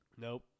Nope